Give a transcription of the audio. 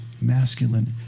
masculine